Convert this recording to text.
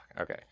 okay